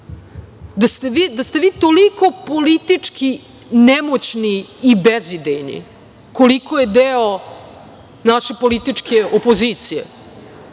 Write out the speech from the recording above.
Da ste vi toliko politički nemoćni i bezidejni, koliko je deo naše političke opozicije